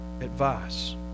advice